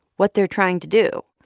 what they're trying to do.